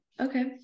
okay